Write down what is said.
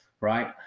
right